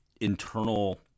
internal